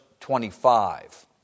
25